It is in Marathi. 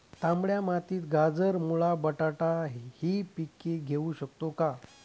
तांबड्या मातीत गाजर, मुळा, बटाटा हि पिके घेऊ शकतो का?